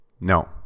No